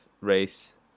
race